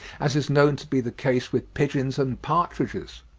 as is known to be the case with pigeons and partridges.